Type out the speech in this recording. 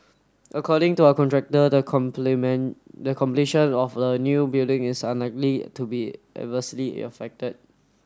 according to our contractor the the completion of the new building is unlikely to be adversely affected